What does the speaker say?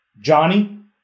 Johnny